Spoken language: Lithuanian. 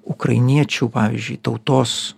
ukrainiečių pavyzdžiui tautos